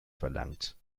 verlangt